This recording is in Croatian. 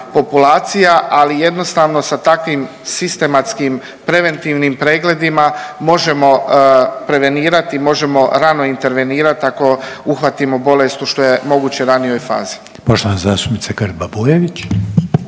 Ali jednostavno sa takvim sistematskim preventivnim pregledima možemo prevenirati, možemo rano intervenirati ako uhvatimo bolest u što je moguće ranijoj fazi.